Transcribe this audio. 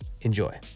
Enjoy